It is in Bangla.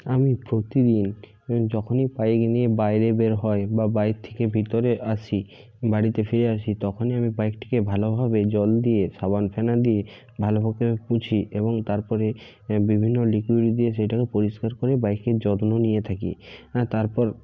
আমি প্রতিদিন যখনই বাইক নিয়ে বাইরে বের হই বা বাইর থেকে ভিতরে আসি বাড়িতে ফিরে আসি তখনই আমি বাইকটিকে ভালোভাবে জল দিয়ে সাবান ফেনা দিয়ে ভালোভাবে মুছি এবং তারপরে বিভিন্ন লিকুইড দিয়ে সেটাকে পরিষ্কার করে বাইকের যত্ন নিয়ে থাকি হ্যাঁ তারপর